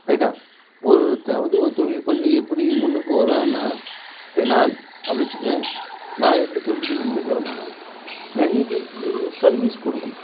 ரைட்டா ஒருத்தன் வந்து ஒரு தொழில் பண்ணி எப்படி முன்னுக்கு வரான்னா இப்போ நான் அப்படின்னு வச்சிக்கோங்களேன் நான் எப்படி தொழில் பண்ணி முன்னுக்கு வரன்னா நிறைய பேருக்கு சர்வீஸ் கொடுக்கணும்